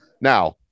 now